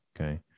Okay